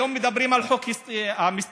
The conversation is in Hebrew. כיום מדברים על חוק המסתננים